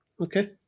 Okay